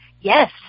Yes